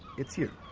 it's you.